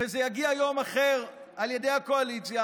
וזה יגיע ביום אחר על ידי הקואליציה,